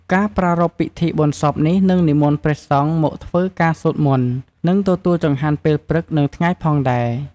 ការប្រារព្ធពិធីបុណ្យសពនេះនិងនិមន្តព្រះសង្ឃមកធ្វើការសូត្រមន្ត និងទទួលចង្ហាន់ពេលព្រឹកនិងថ្ងៃផងដែរ។